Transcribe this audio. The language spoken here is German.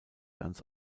ganz